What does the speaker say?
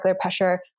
pressure